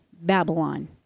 Babylon